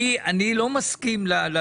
אני מדבר ברצינות על העניין הזה,